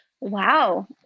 Wow